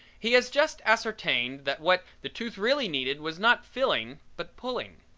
he has just ascertained that what the tooth really needed was not filling but pulling.